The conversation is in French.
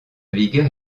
vigueur